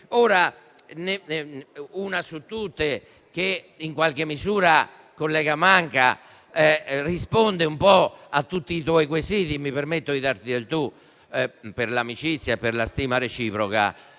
Cito una su tutte che in qualche misura, collega Manca, risponde un po' a tutti i tuoi quesiti. E mi permetto di darti del tu per l'amicizia e la stima reciproca